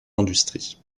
industrie